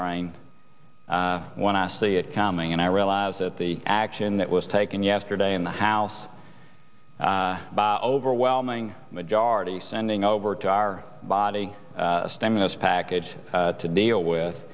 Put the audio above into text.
train when i see it coming and i realize that the action that was taken yesterday in the house by overwhelming majority sending over to our body stimulus package to deal with